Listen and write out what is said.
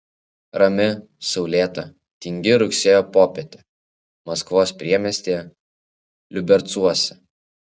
rami saulėta tingi rugsėjo popietė maskvos priemiestyje liubercuose